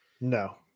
No